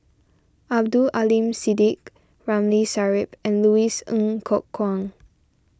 Abdul Aleem Siddique Ramli Sarip and Louis Ng Kok Kwang